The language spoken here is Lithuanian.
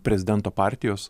prezidento partijos